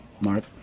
Mark